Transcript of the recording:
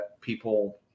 people